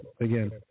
again